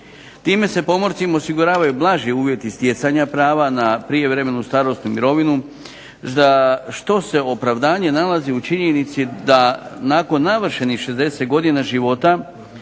Time se pomorcima osiguravaju blaži uvjeti stjecanja prava na prijevremenu starosnu mirovinu za što se opravdanje nalazi u činjenici da nakon navršenih 60 godina života